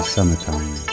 Summertime